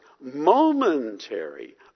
momentary